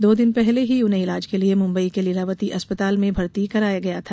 दो दिन पहले ही उन्हें इलाज के लिये मुम्बई के लिलावती अस्पताल में भर्ती कराया गया था